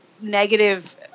negative